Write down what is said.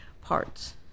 parts